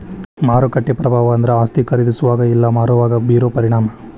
ಮಾರುಕಟ್ಟೆ ಪ್ರಭಾವ ಅಂದ್ರ ಆಸ್ತಿ ಖರೇದಿಸೋವಾಗ ಇಲ್ಲಾ ಮಾರೋವಾಗ ಬೇರೋ ಪರಿಣಾಮ